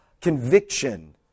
conviction